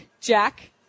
Jack